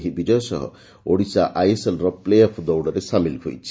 ଏହି ବିଜୟ ସହ ଓଡ଼ିଶା ଆଇଏସ୍ଏଲ୍ର ପ୍ଲେଅଫ୍ ଦୌଡ଼ରେ ସାମିଲ ହୋଇଛି